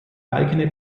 eigene